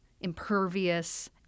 impervious